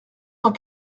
cent